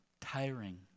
tiring